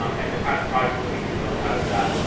um and the kind of project that we can build out of that.